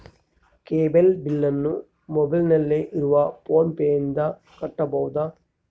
Cable ಬಿಲ್ಲನ್ನು ಮೊಬೈಲಿನಲ್ಲಿ ಇರುವ ಫೋನ್ ಪೇನಿಂದ ಕಟ್ಟಬಹುದಾ?